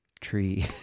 tree